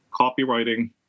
copywriting